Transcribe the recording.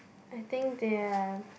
I think they are